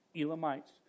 Elamites